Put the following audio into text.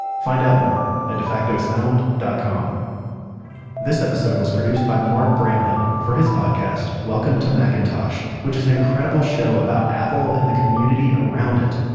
find out more at defacto sound dot com this episode was produced by mark bramhill for his podcast, welcome to macintosh, which is an incredible show about apple and the community around it.